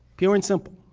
pure and simple,